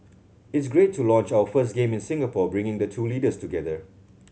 it's great to launch our first game in Singapore bringing the two leaders together